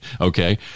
Okay